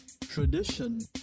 Tradition